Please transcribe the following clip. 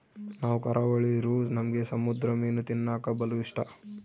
ನಾವು ಕರಾವಳಿರೂ ನಮ್ಗೆ ಸಮುದ್ರ ಮೀನು ತಿನ್ನಕ ಬಲು ಇಷ್ಟ